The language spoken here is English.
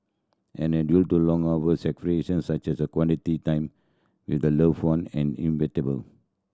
and due to long hours such as quality time with a loved one and inevitable